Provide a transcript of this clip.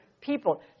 people